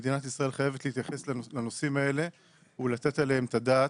מדינת ישראל חייבת להתייחס לנושאים האלה ולתת עליהם את הדעת.